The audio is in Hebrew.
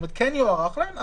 כן יוארך להם,